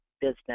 business